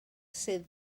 sydd